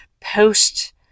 post